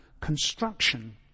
construction